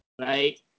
right